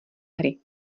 hry